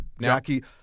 Jackie